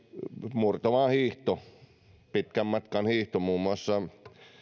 murtomaahiihto pitkän matkan hiihto muun muassa